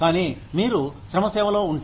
కానీ మీరు శ్రమ సేవలో ఉంటే